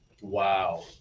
Wow